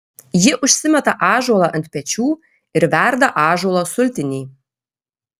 ji užsimeta ąžuolą ant pečių ir verda ąžuolo sultinį